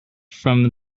from